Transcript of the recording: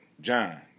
john